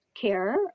care